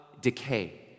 decay